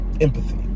empathy